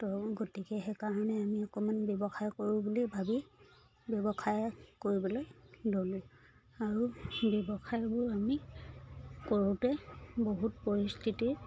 ত' গতিকে সেইকাৰণে আমি অকণমান ব্যৱসায় কৰো বুলি ভাবি ব্যৱসায় কৰিবলৈ ল'লোঁ আৰু ব্যৱসায়বোৰ আমি কৰোঁতে বহুত পৰিস্থিতিৰ